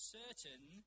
certain